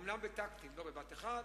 אומנם ב"טקטית", לא בבת אחת,